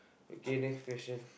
okay next question